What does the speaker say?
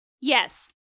yes